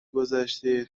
گذشته